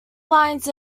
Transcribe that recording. lines